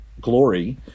glory